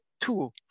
two